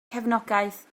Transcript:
cefnogaeth